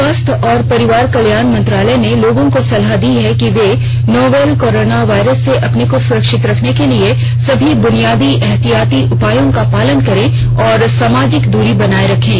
स्वास्थ्य और परिवार कल्याण मंत्रालय ने लोगों को सलाह दी है कि वे नोवल कोरोना वायरस से अपने को सुरक्षित रखने के लिए सभी बुनियादी एहतियाती उपायों का पालन करें और सामाजिक दूरी बनाए रखें